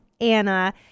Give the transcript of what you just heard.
Anna